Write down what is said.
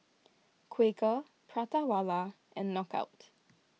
Quaker Prata Wala and Knockout